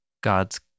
God's